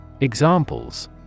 Examples